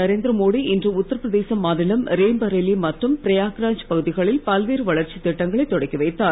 நரேந்திரமோடி இன்று உத்தரபிரதேச மாநிலம் ரே பரேலி மற்றும் பிரயாக்ராஜ் பகுதிகளில் பல்வேறு வளர்ச்சித் திட்டங்களைத் தொடக்கி வைத்தார்